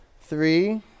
Three